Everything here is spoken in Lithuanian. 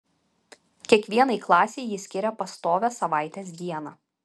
kiekvienai klasei ji skiria pastovią savaitės dieną